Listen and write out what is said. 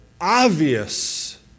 obvious